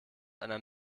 einer